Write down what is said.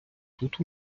тут